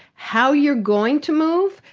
how you're going to move?